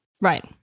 Right